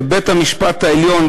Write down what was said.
בית-המשפט העליון,